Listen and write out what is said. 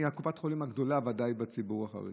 היא ודאי קופת החולים הגדולה בציבור החרדי.